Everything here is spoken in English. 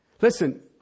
Listen